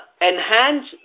enhance